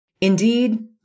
Indeed